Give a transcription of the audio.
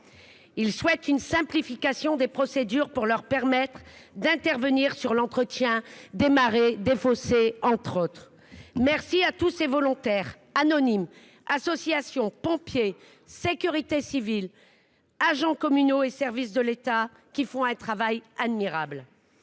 Ils souhaitent une simplification des procédures qui leur permettrait d’intervenir, entre autres, en matière d’entretien des marais et des fossés. Merci à tous ces volontaires – anonymes, associations, pompiers, sécurité civile, agents communaux et services de l’État – qui font un travail admirable.